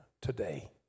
today